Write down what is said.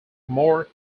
more